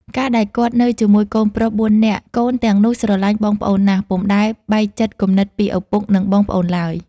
កាលដែលគាត់នៅជាមួយកូនប្រុស ៤នាក់ កូនទាំងនោះស្រឡាញ់បងប្អូនណាស់ ពុំដែលបែកចិត្តគំនិតពីឪពុក និងបងប្អូនឡើយ ។